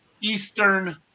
Eastern